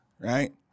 Right